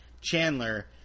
Chandler